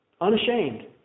unashamed